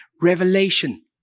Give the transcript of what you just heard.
revelation